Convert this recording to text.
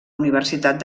universitat